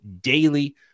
daily